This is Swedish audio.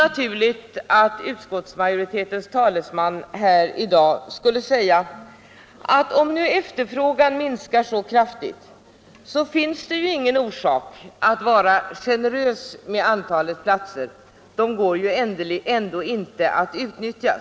Naturligtvis kan utskottsmajoritetens talesman här i dag säga att om nu efterfrågan minskar så kraftigt finns det ju ingen orsak att vara generös med antalet platser — de går ju ändå inte att utnyttja.